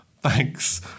Thanks